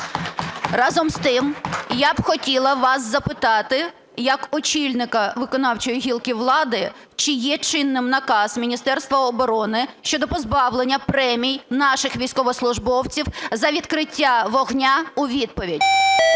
Разом з тим я б хотіла вас запитати як очільника виконавчої гілки влади чи є чинним наказ Міністерства оборони щодо позбавлення премій наших військовослужбовців за відкриття вогню у відповідь?